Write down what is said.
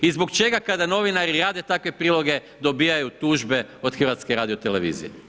I zbog čega kada novinari rade takve priloge, dobivaju tužbe od HRT-a?